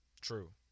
True